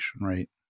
right